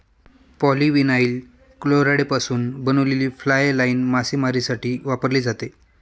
polyvinyl क्लोराईडपासून बनवलेली fly line मासेमारीसाठी वापरली जाते